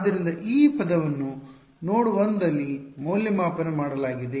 ಆದ್ದರಿಂದ ಈ ಪದವನ್ನು ನೋಡ್ 1 ದಲ್ಲಿ ಮೌಲ್ಯಮಾಪನ ಮಾಡಲಾಗಿದೆ